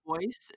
voice